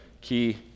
key